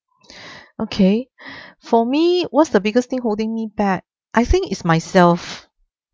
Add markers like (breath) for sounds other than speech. (breath) okay (breath) for me what's the biggest thing holding me back I think is myself